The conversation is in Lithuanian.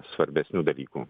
svarbesnių dalykų